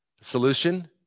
Solution